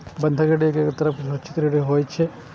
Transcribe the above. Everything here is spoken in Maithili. बंधक ऋण एक तरहक सुरक्षित ऋण होइ छै